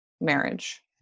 marriage